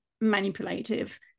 manipulative